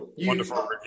wonderful